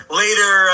later